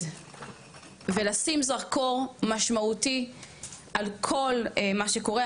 ולשים זרקור משמעותי על כל מה שקורה,